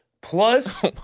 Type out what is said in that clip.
plus